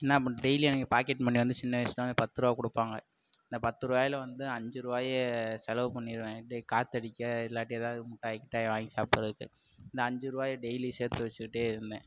என்ன இப்போ டெய்லி எனக்கு பாக்கெட் மனி வந்து சின்ன வயசில் எனக்கு பத்து ரூபா கொடுப்பாங்க அந்த பத்து ரூபாயில வந்து அஞ்சு ரூபாய செலவு பண்ணிடுவேன் எப்படி காற்றடிக்க இல்லாட்டி ஏதாவது முட்டாய் கிட்டாய் வாங்கி சாப்பிட்றதுக்கு இந்த அஞ்சு ரூபாயை டெய்லி சேர்த்து வச்சிகிட்டே இருந்தேன்